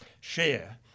share